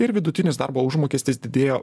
ir vidutinis darbo užmokestis didėjo